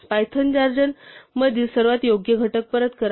Python जार्जन मधील सर्वात योग्य घटक परत करा